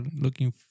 looking